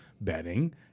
betting